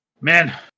Man